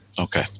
Okay